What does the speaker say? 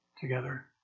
together